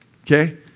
okay